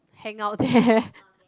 hang out there